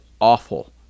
awful